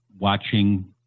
watching